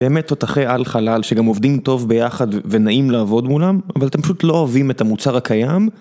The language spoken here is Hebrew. באמת תותחי על חלל שגם עובדים טוב ביחד ונעים לעבוד מולם אבל אתם פשוט לא אוהבים את המוצר הקיים